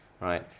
right